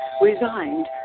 resigned